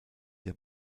der